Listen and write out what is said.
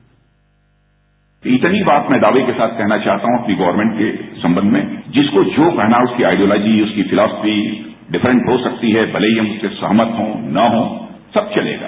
bite Rajnath Singh इतनी बात में दावे के साथ कहना चाहता हूं कि गवर्मेट के संबंध में जिसको जो कहना है उसकी आइडियोलॉजी उसकी फिलोसफी डिफरेंट हो सकती है भले ही हम उससे सहमत हों न हों सब चलेगा